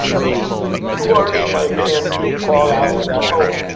so it's too early in my opinion to call out that, oh,